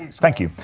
thank you.